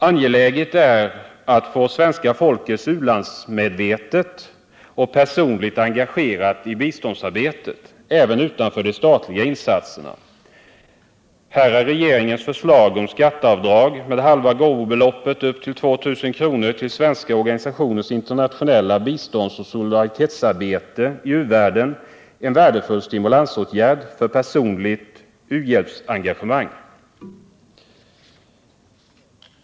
Angeläget är att få svenska folket u-landsmedvetet och personligt engagerat i biståndsarbetet även utanför de statliga insatserna. Här är regeringens förslag om skatteavdrag med halva gåvobeloppet upp till 2 000 kr. till svenska organisationers biståndsoch solidaritetsarbete i u-världen en värdefull stimulansåtgärd för personligt u-hjälpsengagemang.